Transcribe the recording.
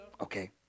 Okay